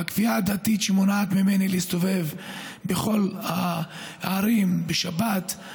והכפייה הדתית שמונעת ממני להסתובב בכל הערים בשבת,